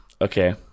Okay